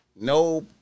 No